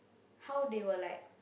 how they were like